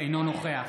אינו נוכח